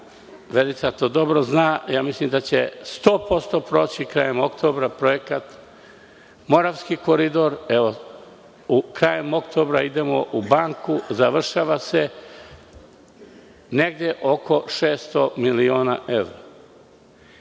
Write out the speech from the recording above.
Verica to dobro zna, mislim da će 100% proći krajem oktobra projekat „Moravski koridor“. Krajem oktobra idemo u banku, završava se, negde oko 600 miliona evra.